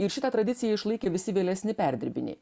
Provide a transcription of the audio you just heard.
į šitą tradiciją išlaikė visi vėlesni perdirbiniai